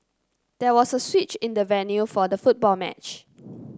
there was a switch in the venue for the football match